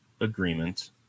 agreement